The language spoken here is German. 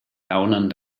gaunern